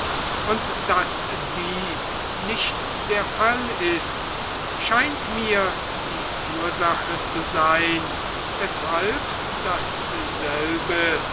und daß dies nicht der fall ist scheint mir die ursache zu sein weshalb dasselbe